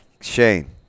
Shane